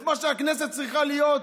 את מה שהכנסת צריכה להיות.